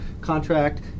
contract